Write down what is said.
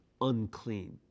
unclean